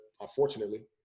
unfortunately